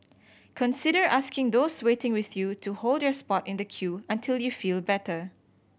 consider asking those waiting with you to hold your spot in the queue until you feel better